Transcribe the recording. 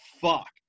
fuck